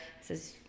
says